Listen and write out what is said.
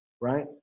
right